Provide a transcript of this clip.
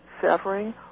severing